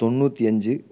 தொண்ணூற்றி அஞ்சு